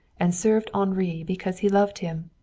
and served henri because he loved him.